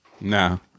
No